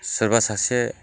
सोरबा सासे